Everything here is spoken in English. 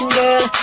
girl